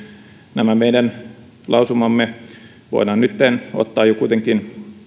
nämä meidän lausumamme voidaan kuitenkin